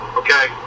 okay